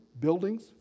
buildings